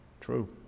True